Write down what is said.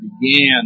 began